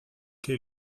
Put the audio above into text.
che